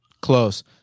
close